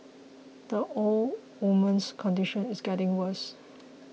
the old woman's condition is getting worse